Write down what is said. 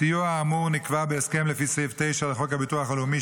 הסיוע האמור נקבע בהסכם לפי סעיף 9 לחוק הביטוח הלאומי,